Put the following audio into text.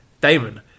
Damon